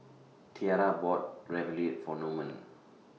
Tiarra bought Ravioli For Norman